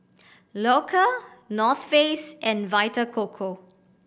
Loacker North Face and Vita Coco